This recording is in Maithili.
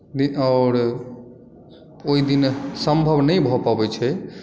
आओर ओहि दिन सम्भव नहि भऽ पबै छै